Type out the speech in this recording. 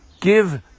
Give